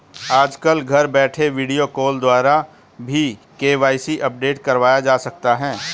आजकल घर बैठे वीडियो कॉल द्वारा भी के.वाई.सी अपडेट करवाया जा सकता है